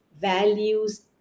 values